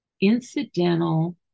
incidental